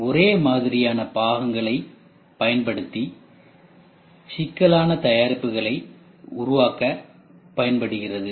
இது ஒரே மாதிரியான பாகங்களை பயன்படுத்தி சிக்கலான தயாரிப்புகளை உருவாக்க பயன்படுகிறது